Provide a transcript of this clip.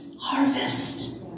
harvest